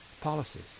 policies